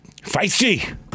feisty